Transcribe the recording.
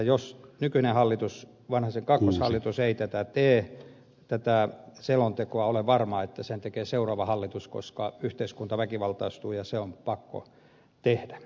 jos nykyinen hallitus vanhasen kakkoshallitus ei tätä selontekoa tee olen varma että sen tekee seuraava hallitus koska yhteiskunta väkivaltaistuu ja se on pakko tehdä